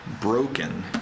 broken